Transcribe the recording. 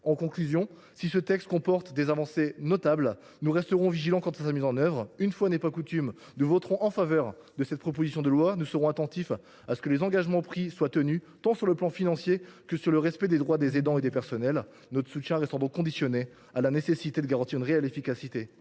En conclusion, si ce texte comporte des avancées notables, nous resterons vigilants quant à sa mise en œuvre. Une fois n’est pas coutume, nous voterons en faveur de cette proposition de loi, mais nous serons attentifs à ce que les engagements pris soient tenus, tant sur le plan financier que pour ce qui concerne le respect des droits des aidants et des personnels. Notre soutien est conditionné à l’existence de garanties quant à leur réelle efficacité,